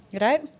right